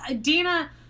Dina